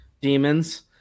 demons